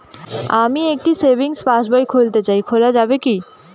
আমি একটি সেভিংস পাসবই খুলতে চাই খোলা যাবে কি?